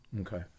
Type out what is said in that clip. Okay